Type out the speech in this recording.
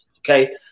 Okay